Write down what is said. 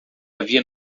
havia